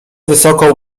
wysoko